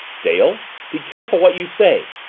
dale! be careful what you say!